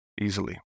easily